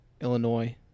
Illinois